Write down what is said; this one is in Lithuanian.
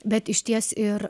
bet išties ir